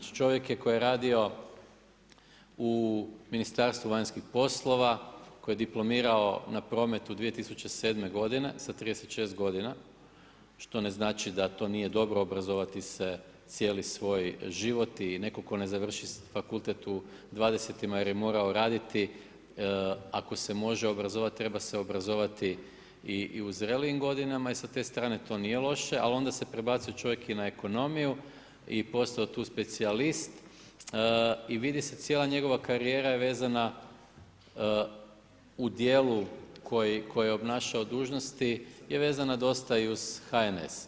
Čovjek je koji je radio u Ministarstvu vanjskih poslova, koji je diplomirao na prometu 2007. godine sa 36 godina, što ne znači da to nije dobro obrazovati se cijeli svoj život i netko tko ne završi fakultet u 20. ako je morao raditi, ako se može obrazovat, treba se obrazovati i u zrelijim godinama i sa te strane to nije loše, ali onda se prebacio čovjek i na ekonomiju i postao tu specijalist i vidi se cijela njegova karijera je vezana u djelu koji je obnašao dužnosti je vezana dosta i uz HNS.